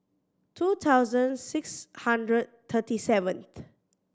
two thousand six hundred thirty seventh